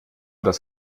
das